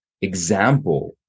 example